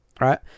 Right